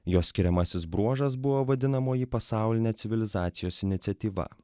jos skiriamasis bruožas buvo vadinamoji pasaulinė civilizacijos iniciatyva